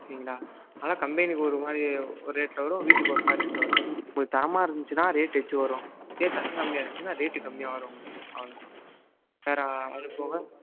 ஓகேங்களா ஆனால் கம்பெனிக்கு ஒரு மாதிரி ஒரு ரேட்டில் வரும் வீட்டுக்கு ஒரு மாதிரி ரேட்டில் வரும் உங்களுக்கு தரமாக இருந்துச்சுனால் ரேட்டு எச்சு வரும் இதே தரம் கம்மியாக இருந்துச்சுனால் ரேட்டு கம்மியாக வரும் உங்களுக்கு அவ்வளோ தான் வேறு அது போக